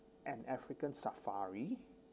an african safari